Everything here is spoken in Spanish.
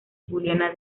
juliana